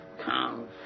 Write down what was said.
Come